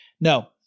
No